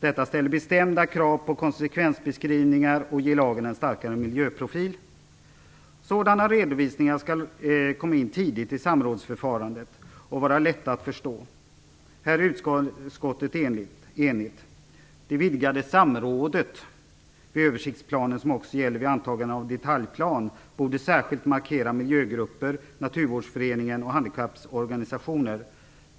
Detta ställer bestämda krav på konsekvensbeskrivningar och ger lagen en starkare miljöprofil. Sådana redovisningar skall komma in tidigt i samrådsförfarandet och vara lätta att förstå. Här är utskottet enigt. Det vidgade samrådet vid översiktsplanen, som också gäller vid antagande av detaljplan, borde särskilt markera miljögrupper, Naturvårdsföreningen och handikapporganisationer.